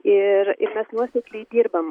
ir mes nuosekliai dirbam